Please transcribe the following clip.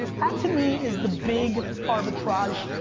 that to me is the big arbitrage.